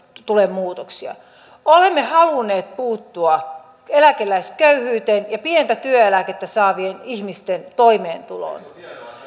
tule muutoksia olemme halunneet puuttua eläkeläisköyhyyteen ja pientä työeläkettä saavien ihmisten toimeentuloon